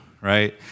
right